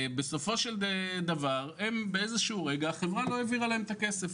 ובסופו של דבר החברה לא העבירה להם את הכסף.